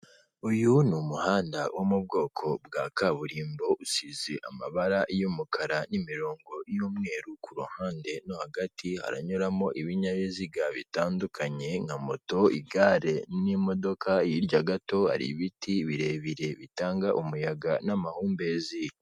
Uyu ni umuhanda wo mu bwoko bwa kaburimbo usize amabara y'umukara n'imirongo y'umweru ku ruhande no hagati haranyuramo ibinyabiziga bitandukanye nka: moto, igare n'imodoka hirya gato hari ibiti birebire bitanga umuyaga n'amahumbezi.